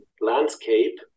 landscape